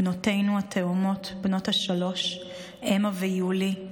בנותינו התאומות בנות השלוש אמה ויולי,